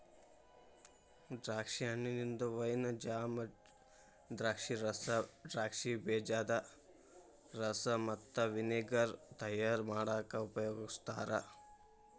ದ್ರಾಕ್ಷಿ ಹಣ್ಣಿಂದ wine, jam, ದ್ರಾಕ್ಷಿರಸ, ದ್ರಾಕ್ಷಿ ಬೇಜದ ರಸ ಮತ್ತ ವಿನೆಗರ್ ತಯಾರ್ ಮಾಡಾಕ ಉಪಯೋಗಸ್ತಾರ